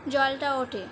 জলটা ওঠে